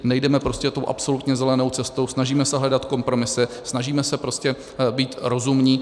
Nejdeme prostě tou absolutně zelenou cestou, snažíme se hledat kompromisy, snažíme se být rozumní.